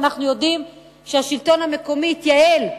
ואנחנו יודעים שהשלטון המקומי התייעל,